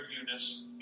Eunice